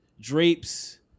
drapes